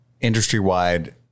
industry-wide